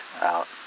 out